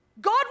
God